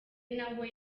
nawe